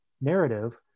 narrative